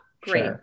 Great